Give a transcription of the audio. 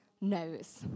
knows